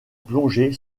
plongée